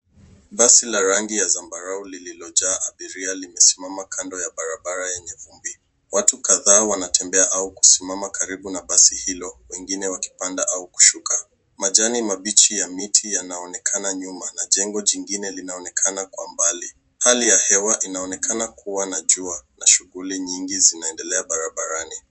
Basi la rangi ya zambarau, lililojaa abiria limesimama kando ya barabara yenye vumbi. Watu kadhaa wanatembea au kusimama karibu na basi hilo wengine wakipanda au kushuka. Majani mabichi ya miti yanaonekana nyuma na jengo jingine linaonekana kwa mbali. Hali ya hewa inaonekana kuwa jua na shughuli nyingi zinaendelea barabarani.